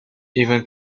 even